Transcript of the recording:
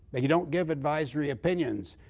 they don't give advisory opinions,